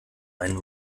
einen